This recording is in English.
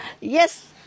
Yes